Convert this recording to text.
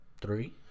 three